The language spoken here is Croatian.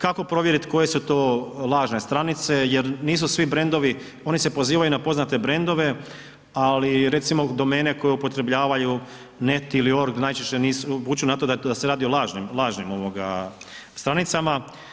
Kako provjerit koje su to lažne stranice jer nisu svi brendovi, on se pozivaju na poznate brendove, ali recimo domene koje upotrebljavaju net ili ord najčešće nisu, vuče na to da se radi o lažnim, lažnim ovoga stranicama.